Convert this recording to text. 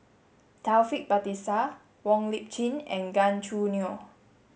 Taufik Batisah Wong Lip Chin and Gan Choo Neo